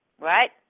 Right